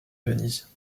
venise